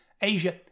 Asia